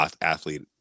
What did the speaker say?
athlete